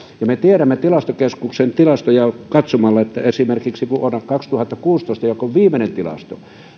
ja me tiedämme tilastokeskuksen tilastoja katsomalla esimerkiksi vuotta kaksituhattakuusitoista jolta on viimeinen tilasto